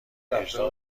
اجرا